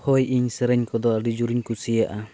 ᱦᱳᱭ ᱤᱧ ᱥᱮᱨᱮᱧ ᱠᱚᱫᱚ ᱟᱹᱰᱤ ᱡᱳᱨᱤᱧ ᱠᱩᱥᱤᱭᱟᱜᱼᱟ